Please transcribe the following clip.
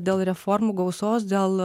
dėl reformų gausos dėl